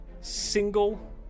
single